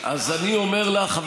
אז אני אומר לך,